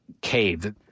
cave